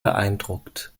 beeindruckt